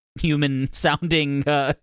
Human-sounding